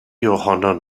ohonon